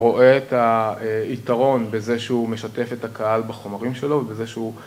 ‫רואה את היתרון בזה שהוא משתף ‫את הקהל בחומרים שלו ובזה שהוא...